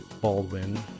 Baldwin